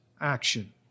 action